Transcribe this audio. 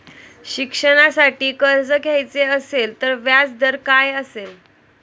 शिक्षणासाठी कर्ज घ्यायचे असेल तर व्याजदर काय असेल?